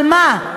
על מה?